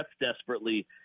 desperately